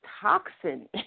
toxin